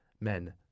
Men